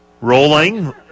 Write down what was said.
rolling